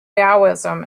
taoism